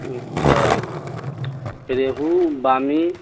اچھا ریہو بام